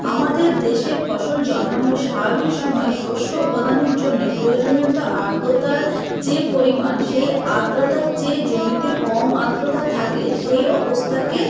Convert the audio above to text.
আমাদের দেশে ফসল জন্মানো স্বাভাবিক সময় শস্য উপাদানের জন্যে প্রয়োজনীয়তা আদ্যতার যে পরিমাণ সেই আর্দ্রতার চেয়ে জমিতে কম আর্দ্রতা থাকলে সেই অবস্থাকে